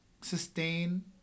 sustain